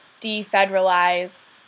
defederalize